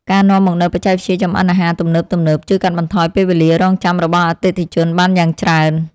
ការនាំមកនូវបច្ចេកវិទ្យាចម្អិនអាហារទំនើបៗ ជួយកាត់បន្ថយពេលវេលារង់ចាំរបស់អតិថិជនបានយ៉ាងច្រើន។